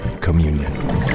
communion